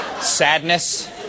sadness